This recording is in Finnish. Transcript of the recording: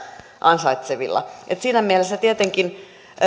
ansaitsevilla että siinä mielessä tietenkään